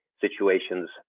situations